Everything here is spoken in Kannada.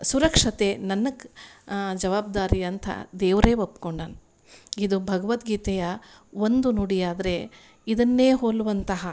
ಸುರಕ್ಷತೆ ನನ್ನ ಜವಾಬ್ದಾರಿ ಅಂತ ದೇವರೇ ಒಪ್ಕೊಂಡಾನೆ ಇದು ಭಗವದ್ಗೀತೆಯ ಒಂದು ನುಡಿಯಾದರೆ ಇದನ್ನೇ ಹೋಲುವಂತಹ